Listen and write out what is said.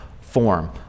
form